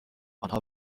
آنها